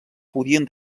podien